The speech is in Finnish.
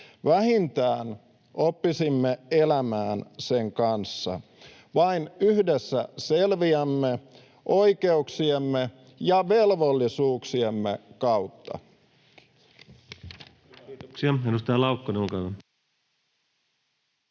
vähintään oppisimme elämään sen kanssa. Vain yhdessä selviämme oikeuksiemme ja velvollisuuksiemme kautta. — Kiitos.